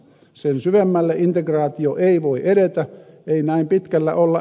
sen syvemmälle integraatio ei voi edeltää ei näin pitkällä olla